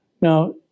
Now